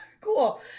cool